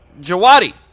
Jawadi